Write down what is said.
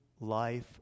life